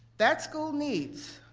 that school needs